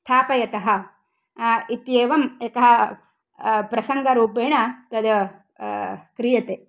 स्थापयतः इत्येवं एकः प्रसङ्गरूपेण तद् क्रियते